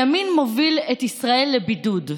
הימין מוביל את ישראל לבידוד,